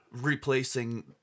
replacing